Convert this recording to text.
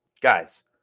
Guys